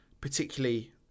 particularly